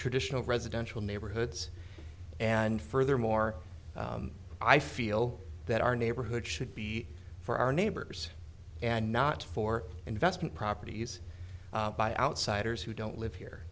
traditional residential neighborhoods and furthermore i feel that our neighborhood should be for our neighbors and not for investment properties by outsiders who don't live here